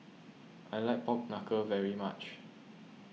I like Pork Knuckle very much